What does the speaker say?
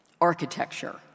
architecture